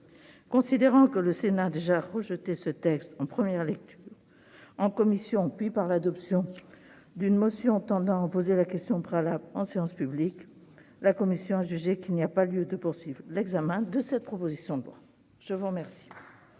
Considérant que le Sénat a déjà rejeté ce texte en première lecture en commission puis, par l'adoption d'une motion tendant à opposer la question préalable, en séance publique ; La commission estime qu'il n'y a pas lieu de poursuivre l'examen de cette proposition de loi. La parole